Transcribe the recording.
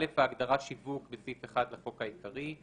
(א)ההגדרה "שיווק" בסעיף 1 לחוק העיקרי,"